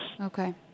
Okay